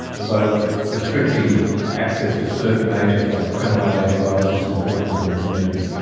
although restricting access to certain agents like quinolone antibiotics is important in the community,